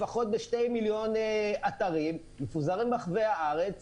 לפחות בשני מיליון אתרים שמפוזרים ברחבי הארץ.